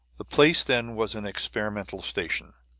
the place, then, was an experimental station.